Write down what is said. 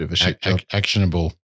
Actionable